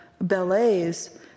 ballets